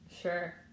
Sure